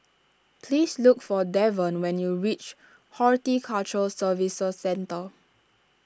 please look for Davon when you reach Horticulture Services Centre